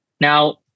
Now